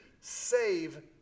save